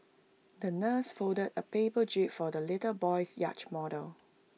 the nurse folded A paper jib for the little boy's yacht model